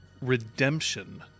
redemption